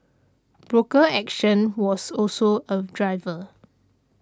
broker action was also a driver